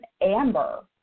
amber